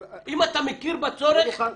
אם אתה מכיר בצורך, זה כשל של המערכת.